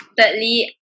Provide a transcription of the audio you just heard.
thirdly